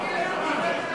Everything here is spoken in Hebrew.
למה אתה מפקיר את אלקין?